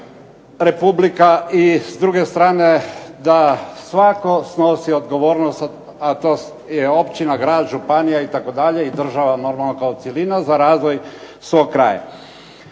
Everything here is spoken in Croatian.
republika i s druge strane da svako snosi odgovornost, a to je općina, grad, županija itd. i država normalno kao cjelina za razvoj svog kraja.